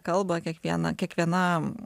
kalbą kiekvieną kiekvienam